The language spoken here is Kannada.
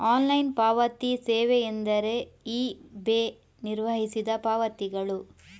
ಆನ್ಲೈನ್ ಪಾವತಿ ಸೇವೆಯೆಂದರೆ ಇ.ಬೆ ನಿರ್ವಹಿಸಿದ ಪಾವತಿಗಳು